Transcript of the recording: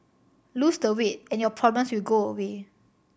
lose the weight and your problems will go away